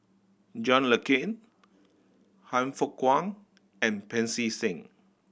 John Le Cain Han Fook Kwang and Pancy Seng